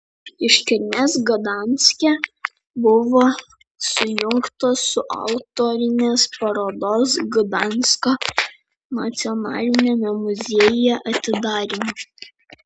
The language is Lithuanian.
iškilmės gdanske buvo sujungtos su autorinės parodos gdansko nacionaliniame muziejuje atidarymu